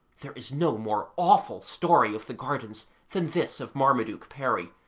there is no more awful story of the gardens than this of marmaduke perry,